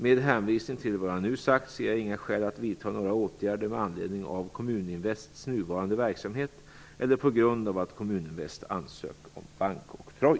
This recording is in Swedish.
Med hänvisning till vad jag nu sagt ser jag inga skäl att vidta några åtgärder med anledning av Kommuninvests nuvarande verksamhet eller på grund av att Kommuninvest ansökt om bankoktroj.